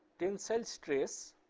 tensile stress?